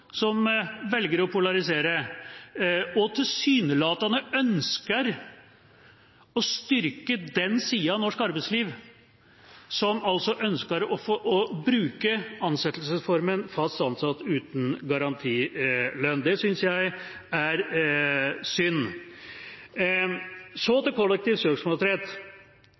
som velger å polarisere, og tilsynelatende ønsker å styrke den siden av norsk arbeidsliv som altså ønsker å bruke ansettelsesformen «fast ansatt uten garantilønn». Det synes jeg er synd. Så til kollektiv søksmålsrett: